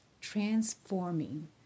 transforming